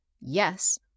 yes